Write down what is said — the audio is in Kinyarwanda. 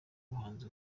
ubuhanzi